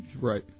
Right